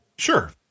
Sure